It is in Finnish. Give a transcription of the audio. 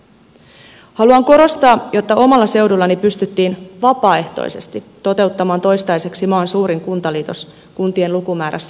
haluan korostaa että omalla seudullani pystyttiin vapaaehtoisesti toteuttamaan toistaiseksi maan suurin kuntaliitos kuntien lukumäärässä mitattuna